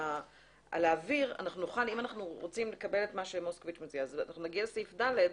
אם אנחנו רוצים לקבל את מה שמוסקוביץ מציע אז אנחנו נגיע לסעיף (ד)